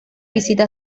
visita